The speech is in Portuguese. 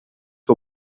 que